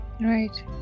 Right